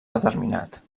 determinat